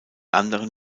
anderen